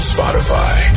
Spotify